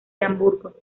hamburgo